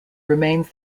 remains